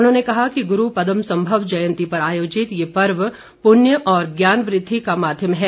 उन्होंने कहा कि गुरू पदम सम्भव जयन्ती पर आयोजित ये पर्व पुण्य और ज्ञान वृद्धि का माध्यम है